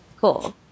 Cool